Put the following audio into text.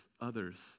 others